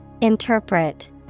Interpret